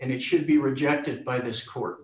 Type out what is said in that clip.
and it should be rejected by this court